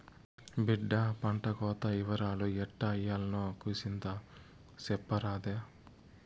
బిడ్డా పంటకోత ఇవరాలు ఎట్టా ఇయ్యాల్నో కూసింత సెప్పరాదే